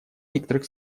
некоторых